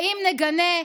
רעים נגנה,